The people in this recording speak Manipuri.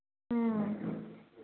ꯎꯝ